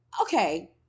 Okay